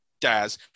Daz